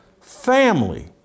family